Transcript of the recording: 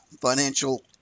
financial